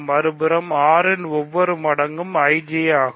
மறுபுறம் 6 இன் ஒவ்வொரு மடங்காகும் IJ அகும்